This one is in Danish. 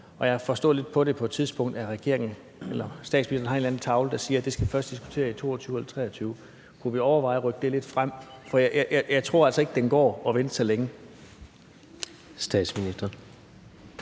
Jeg forstod det lidt sådan på et tidspunkt, at statsministeren har en eller anden tavle, hvor der står, at det skal vi først diskutere i 2022 eller 2023. Kunne man overveje at rykke det frem? – for jeg tror altså ikke, det går at vente så længe.